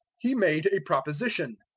he made a proposition.